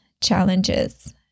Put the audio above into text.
challenges